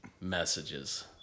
messages